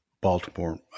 baltimore